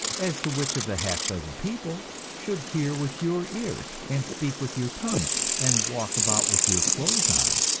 as to which of the half dozen people should hear with your ears and speak with your tongue and walk about with your clothes on?